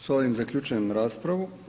S ovim zaključujem raspravu.